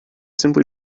simply